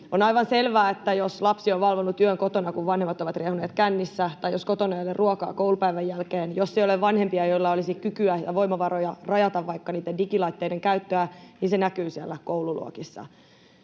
On aivan selvää, että jos lapsi on valvonut yön kotona, kun vanhemmat ovat riehuneet kännissä, tai jos kotona ei ole ruokaa koulupäivän jälkeen, jos ei ole vanhempia, joilla olisi kykyä ja voimavaroja rajata vaikka niitten digilaitteiden käyttöä, niin se näkyy siellä koululuokissa.